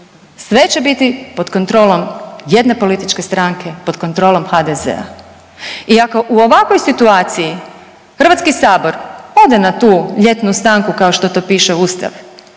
Sve će biti pod kontrolom jedne političke stranke, pod kontrolom HDZ-a. I ako u ovakvoj situaciji Hrvatski sabor ode na tu ljetnu stanku kao što to piše Ustav,